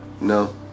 No